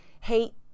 hate